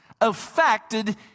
affected